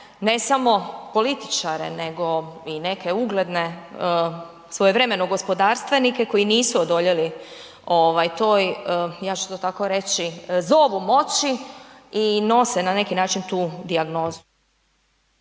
ne samo političare nego i neke ugledne svojevremeno gospodarstvenike koji nisu odoljeli ovaj to, ja ću to tako reći, zovu moći i nose na neki način tu dijagnozu.